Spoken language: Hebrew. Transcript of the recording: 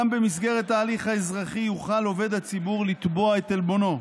גם במסגרת ההליך האזרחי יוכל עובד הציבור לתבוע את עלבונו.